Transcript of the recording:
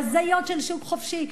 להזיות של שוק חופשי,